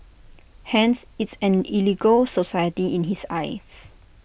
hence it's an illegal society in his eyes